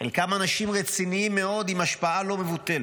חלקם אנשים רציניים מאוד, עם השפעה לא מבוטלת.